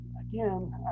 again